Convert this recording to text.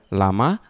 lama